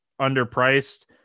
underpriced